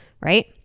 right